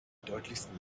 deutlichsten